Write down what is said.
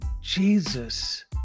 Jesus